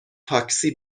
تاکسی